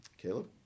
Caleb